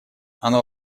оно